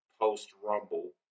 post-Rumble